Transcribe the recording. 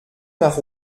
nach